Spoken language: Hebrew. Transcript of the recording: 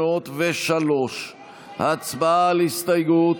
503. הצבעה על הסתייגות.